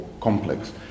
complex